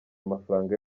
amafaranga